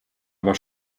aber